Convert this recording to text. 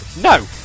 no